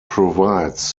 provides